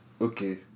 okay